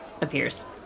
appears